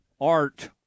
Art